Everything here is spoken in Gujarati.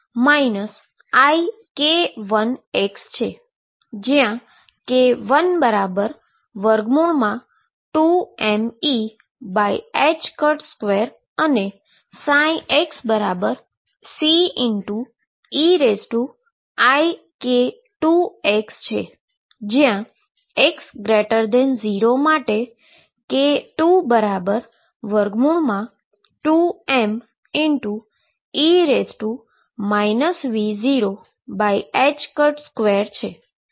જ્યાં k12mE2 અને xCeik2x છે જ્યાં x0 માટે k22m2 છે